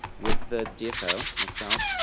with the dfo, myself,